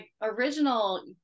original